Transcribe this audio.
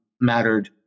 mattered